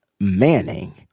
Manning